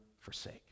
forsake